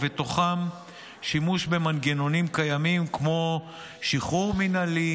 ובתוכם שימוש במנגנונים קיימים כמו השחרור המינהלי